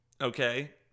okay